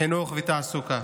חינוך ותעסוקה.